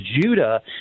Judah